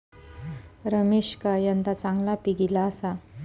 रमेशका यंदा चांगला पीक ईला आसा